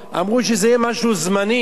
אמרו שזה יהיה משהו זמני.